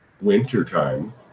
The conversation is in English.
wintertime